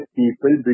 people